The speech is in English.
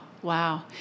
Wow